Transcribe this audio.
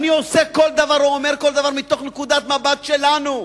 ואני עושה כל דבר ואומר כל דבר מתוך נקודת מבט שלנו.